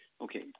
Okay